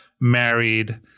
married